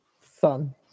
Fun